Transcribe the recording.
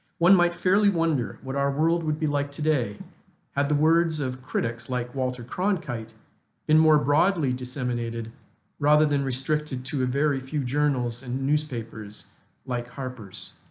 one might fairly wonder what our world would be like today had the words of critics like walter cronkite been more broadly disseminated rather than restricted to a very few journals and newspapers like harper's.